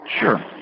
Sure